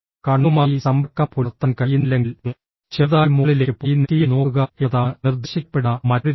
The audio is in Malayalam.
കണ്ണുമായി സമ്പർക്കം പുലർത്താൻ കഴിയുന്നില്ലെങ്കിൽ ചെറുതായി മുകളിലേക്ക് പോയി നെറ്റിയിൽ നോക്കുക എന്നതാണ് നിർദ്ദേശിക്കപ്പെടുന്ന മറ്റൊരു രീതി